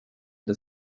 des